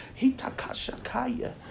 Hitakashakaya